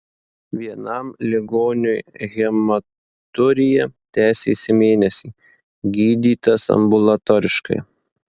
vienam ligoniui hematurija tęsėsi mėnesį gydytas ambulatoriškai